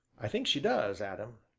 i think she does, adam.